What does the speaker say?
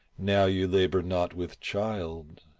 now you labour not with child.